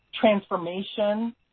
transformation